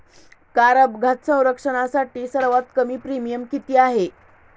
Car अपघात संरक्षणासाठी सर्वात कमी प्रीमियम किती आहे?